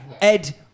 Ed